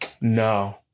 No